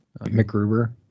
mcgruber